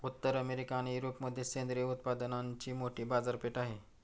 उत्तर अमेरिका आणि युरोपमध्ये सेंद्रिय उत्पादनांची मोठी बाजारपेठ आहे